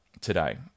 today